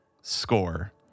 score